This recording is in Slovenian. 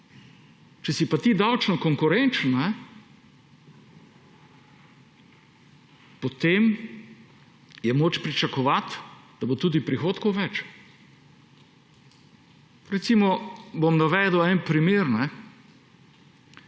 Če si pa ti davčno konkurenčen, potem je moč pričakovati, da bo tudi prihodkov več. Bom navedel en primer.